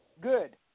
Good